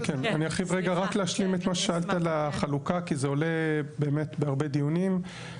רק להשלים את מה ששאלת על החלוקה כי זה עולה באמת בהרבה דיונים.